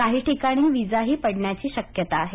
काही ठिकाणी विजाही पडण्याची शक्यता आहे